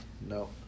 No